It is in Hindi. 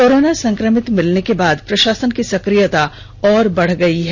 कोरोना संक्रमित मिलने के बाद प्रषासन की सक्रियता और बढ़ गयी है